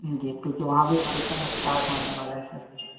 जी क्योंकि वहाँ भी सेशन स्टार्ट होने वाला है